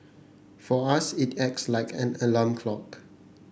for us it acts like an alarm clock